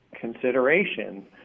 consideration